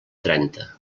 trenta